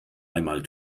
einmal